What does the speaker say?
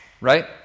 right